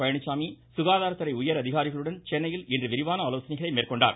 பழனிச்சாமி சுகாதாரத்துறை உயர் அதிகாரிகளுடன் சென்னையில் இன்று விரிவான ஆலோசனைகளை மேற்கொண்டார்